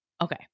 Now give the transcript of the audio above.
Okay